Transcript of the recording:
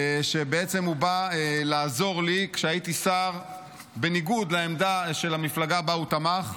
כשהוא בא לעזור לי כשהייתי שר בניגוד לעמדה של המפלגה שבה הוא תמך,